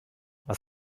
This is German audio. was